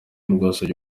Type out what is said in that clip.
rwasabye